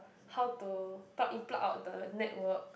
how to pluck in pluck out the network